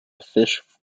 fish